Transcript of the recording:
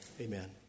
Amen